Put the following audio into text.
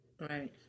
Right